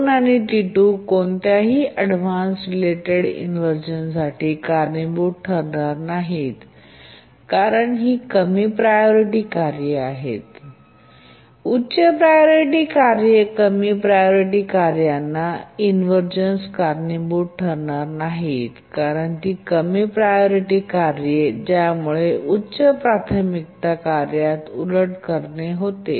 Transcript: T1 आणि T2 कोणत्याही avoidance related inversion कारणीभूत ठरणार नाहीत कारण ही कमी प्रायोरिटी कार्ये आहेत आणि उच्च प्रायोरिटी कार्ये कमी प्रायोरिटी कार्यांना इन्व्हरझन कारणीभूत ठरत नाहीत तर ती कमी प्रायोरिटी कार्ये ज्यामुळे उच्च प्राथमिकता कार्यात इन्व्हरझन करणे होते